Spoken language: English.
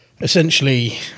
essentially